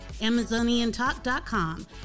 amazoniantalk.com